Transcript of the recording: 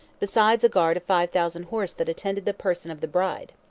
besides a guard of five thousand horse that attended the person of the bride.